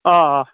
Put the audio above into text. آ